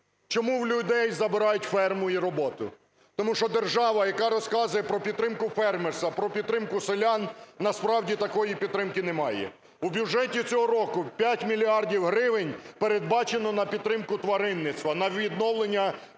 Чому у людей забирають ферму і роботу? Тому що держава, яка розказує про підтримку фермерства, про підтримку селян, насправді такої підтримки не має. У бюджеті цього року 5 мільярдів гривень передбачено на підтримку тваринництва, на відновлення